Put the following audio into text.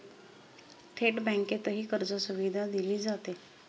थेट बँकेतही कर्जसुविधा दिली जाते